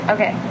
Okay